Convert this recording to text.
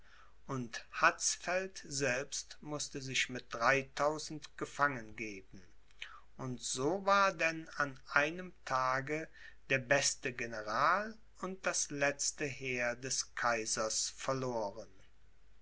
und hatzfeld selbst mußte sich mit dreitausend gefangen geben und so war denn an einem tage der beste general und das letzte heer des kaisers verloren